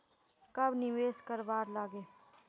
कब निवेश करवार लागे?